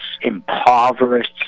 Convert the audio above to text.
impoverished